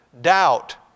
doubt